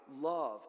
love